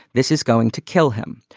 this is going to kill him.